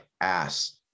ass